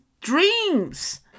dreams